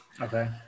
Okay